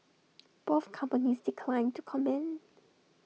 both companies declined to comment